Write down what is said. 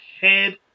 head